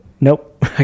Nope